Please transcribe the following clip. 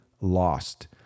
lost